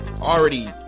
already